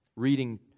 reading